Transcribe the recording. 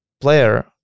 player